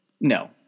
No